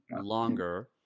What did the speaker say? longer